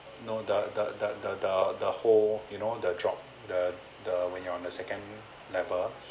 no the the the the the the whole you know the drop the the when you're on the second level